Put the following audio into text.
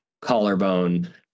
collarbone